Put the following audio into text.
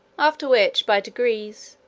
after which, by degrees,